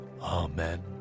Amen